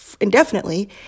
indefinitely